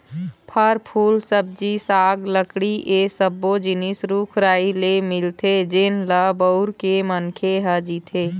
फर, फूल, सब्जी साग, लकड़ी ए सब्बो जिनिस रूख राई ले मिलथे जेन ल बउर के मनखे ह जीथे